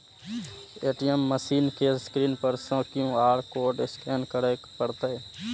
ATM machine के screen पर सं क्यू.आर कोड स्कैन करय पड़तै